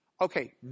Okay